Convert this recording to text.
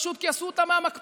כי פשוט עשו אותה מהמקפצה,